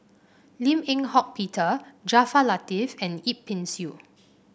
Lim Eng Hock Peter Jaafar Latiff and Yip Pin Xiu